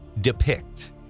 depict